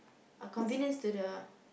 uh convenience to the